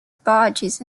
barges